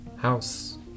house